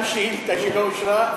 גם שאילתה שלא אושרה,